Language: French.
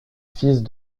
fils